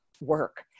work